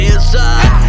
inside